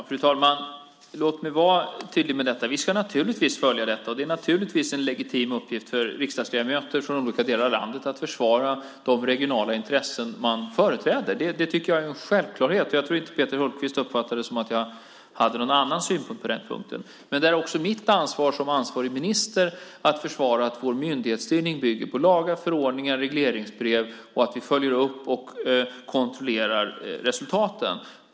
Fru talman! Låt mig vara tydlig om detta. Vi ska naturligtvis följa det här, och det är naturligtvis en legitim uppgift för riksdagsledamöter från olika delar av landet att försvara de regionala intressen som de företräder. Jag tycker att det är en självklarhet. Jag tror inte att Peter Hultqvist uppfattar det som att jag har en annan synpunkt i det avseendet. Men för mig som ansvarig minister är det också mitt ansvar att försvara att vår myndighetsstyrning bygger på lagar, förordningar och regleringsbrev och på att vi följer upp och kontrollerar resultaten.